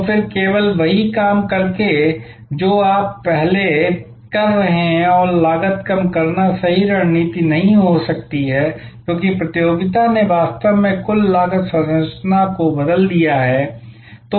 तो फिर केवल वही काम करके जो आप पहले कर रहे हैं और लागत कम करना सही रणनीति नहीं हो सकती है क्योंकि प्रतियोगिता ने वास्तव में कुल लागत संरचना को बदल दिया है